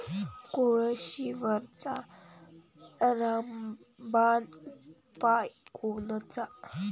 कोळशीवरचा रामबान उपाव कोनचा?